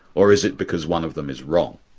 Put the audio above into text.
or is it because one of them is wrong?